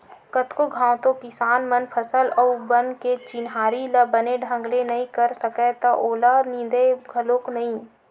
कतको घांव तो किसान मन फसल अउ बन के चिन्हारी ल बने ढंग ले नइ कर सकय त ओला निंदय घलोक नइ